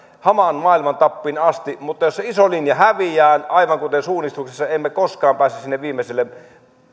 hamaan maailman tappiin asti mutta jos se iso linja häviää aivan kuten suunnistuksessa emme koskaan pääse sinne viimeiselle